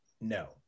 no